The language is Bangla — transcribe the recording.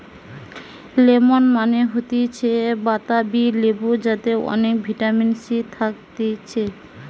লেমন মানে হতিছে বাতাবি লেবু যাতে অনেক ভিটামিন সি থাকতিছে